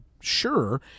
sure